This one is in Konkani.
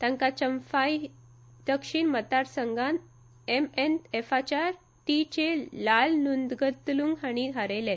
तांका चंफाई दक्षीण मतदार संघात एम एन एफाच्या टी जे लालनूनत्लूंग हांणी हारयले